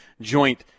joint